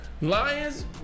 Lions